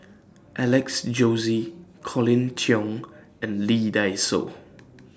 Alex Josey Colin Cheong and Lee Dai Soh